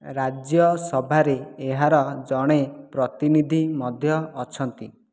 ରାଜ୍ୟସଭାରେ ଏହାର ଜଣେ ପ୍ରତିନିଧି ମଧ୍ୟ ଅଛନ୍ତି